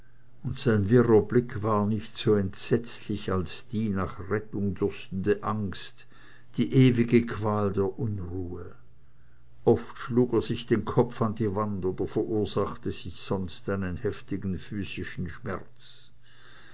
wirrer blick war nicht so entsetzlich als die nach rettung dürstende angst die ewige qual der unruhe oft schlug er sich den kopf an die wand oder verursachte sich sonst einen heftigen physischen schmerz